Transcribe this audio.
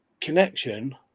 connection